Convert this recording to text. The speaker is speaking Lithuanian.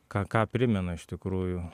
ką ką primena iš tikrųjų